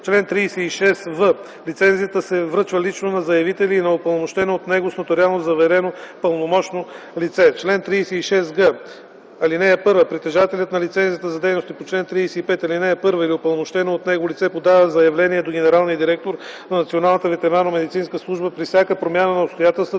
Чл. 36в. Лицензията се връчва лично на заявителя или на упълномощено от него с нотариално заверено пълномощно лице. Чл. 36г. (1) Притежателят на лицензия за дейности по чл. 35, ал. 1 или упълномощено от него лице подава заявление до генералния директор на Националната ветеринарномедицинска служба при всяка промяна на обстоятелствата,